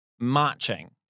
marching